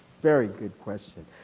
very good question.